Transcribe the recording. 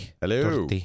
Hello